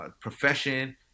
profession